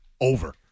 over